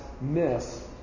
miss